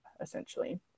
essentially